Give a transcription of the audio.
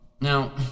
Now